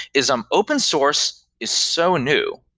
is um open source is so new.